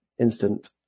instant